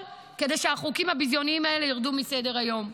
כדי שהחוקים הביזיוניים האלה ירדו מסדר-היום.